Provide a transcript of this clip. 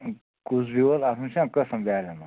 کُس بیٛوٚل اَتھ منٛز چھِنا قٕسٕم بیٛالٮ۪ن منٛز